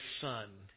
son